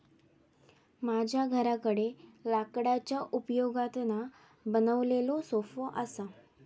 माझ्या घराकडे लाकडाच्या उपयोगातना बनवलेलो सोफो असा